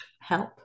help